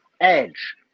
Edge